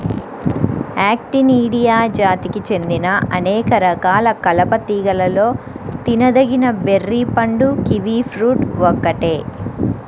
Actinidia జాతికి చెందిన అనేక రకాల కలప తీగలలో తినదగిన బెర్రీ పండు కివి ఫ్రూట్ ఒక్కటే